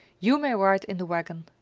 you may ride in the wagon.